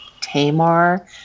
Tamar